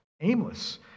aimless